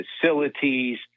facilities